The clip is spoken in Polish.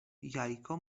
jajko